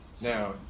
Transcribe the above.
Now